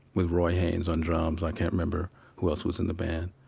with roy haynes on drums. i can't remember who else was in the band.